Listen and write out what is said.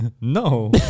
no